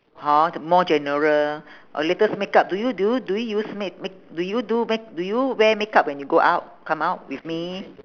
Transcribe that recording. hor t~ more general or latest makeup do you do you do you use make make do you do make do you wear makeup when you go out come out with me